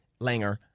Langer